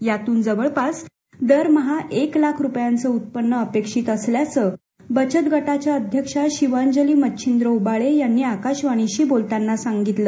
यातून जवळपास दरमहा एक लाखाचं उत्पन्न अपेक्षित असल्याचं बचत गटाच्या अध्यक्षा शिवांजली मच्छींद्र उबाळे यांनी आकाशवाणीशी बोलताना सांगितलं